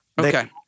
Okay